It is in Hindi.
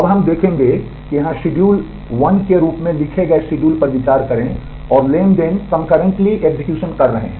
अब हमें देखते हैं कि हम यहाँ शेड्यूल निष्पादित कर रहे हैं